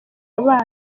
abana